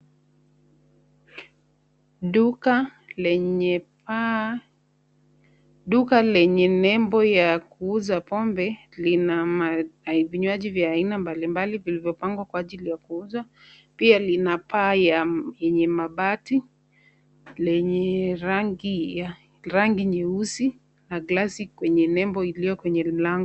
Duka lenye nembo ya kuuza pombe na vinywaji vya aina mbali mbali vilivyopangwa kwa ajili ya kuuzwa. Pia lina paa ya mabati lenye rangi nyeusi na glasi kwenye nembo iliyo kwenye mlango.